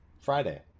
Friday